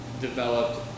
developed